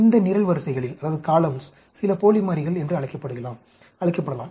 இந்த நிரல்வரிசைகளில் சில போலி மாறிகள் என்று அழைக்கப்படலாம்